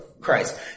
Christ